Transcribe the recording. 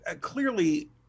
clearly